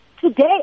Today